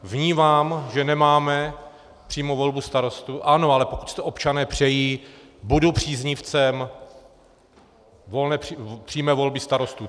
Vnímám, že nemáme přímou volbu starostů, ano, ale pokud si to občané přejí, budu příznivcem přímé volby starostů.